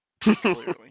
Clearly